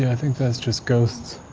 yeah think that's just ghosts.